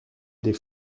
des